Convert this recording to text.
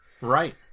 right